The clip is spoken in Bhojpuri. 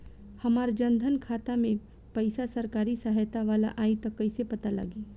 हमार जन धन खाता मे पईसा सरकारी सहायता वाला आई त कइसे पता लागी?